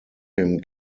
him